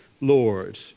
Lord